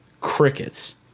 crickets